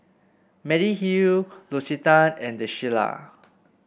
Mediheal L'Occitane and The Shilla